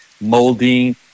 molding